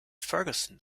ferguson